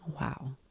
Wow